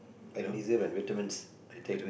magnesium and vitamins you take